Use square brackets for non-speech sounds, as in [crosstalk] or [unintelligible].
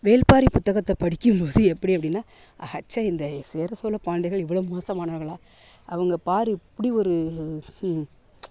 வேள்பாரி புத்தகத்தை படிக்கும் போது எப்படி அப்படினா அடச்சே இந்த சேர சோழ பாண்டியர்கள் இவ்வளோ மோசமானவர்களா அவங்க பார் இப்படி ஒரு [unintelligible]